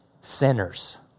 sinners